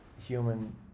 human